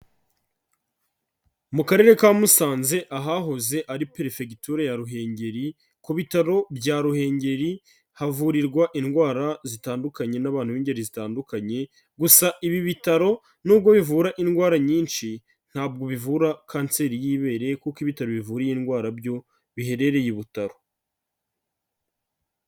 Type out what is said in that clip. Mu karere ka Musanze ahahoze ari Perefegitura ya Ruhengeri, ku Bitaro bya Ruhengeri havurirwa indwara zitandukanye n'abantu b'ingeri zitandukanye, gusa ibi bitaro nubwo bivura indwara nyinshi ntabwo bivura Kanseri y'Ibereye kuko ibitaro bivura iyi ndwara byo biherereye i Butaro.